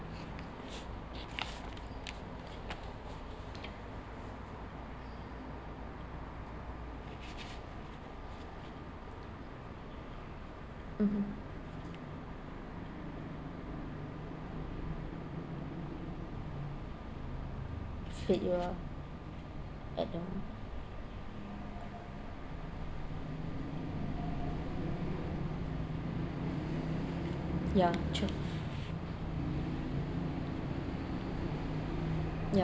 mmhmm afraid you are I don't ya true ya